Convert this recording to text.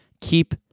keep